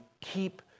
keep